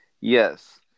Yes